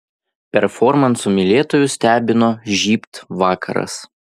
performansų mylėtojus stebino žybt vakaras